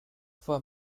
for